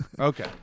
Okay